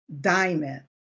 diamond